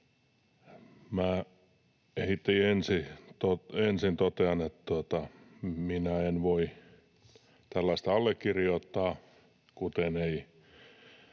heti ensin totean, että minä en voi tällaista allekirjoittaa, kuten ei